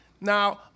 Now